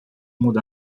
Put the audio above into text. muda